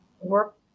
Work